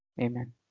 Amen